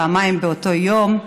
פעמיים באותו יום,